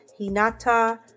Hinata